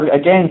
again